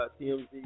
tmz